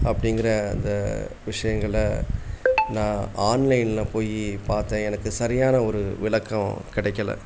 அப்படிங்கிற அந்த விஷயங்களை நான் ஆன்லைனில் போய் பார்த்தேன் எனக்கு சரியான ஒரு விளக்கம் கிடைக்கல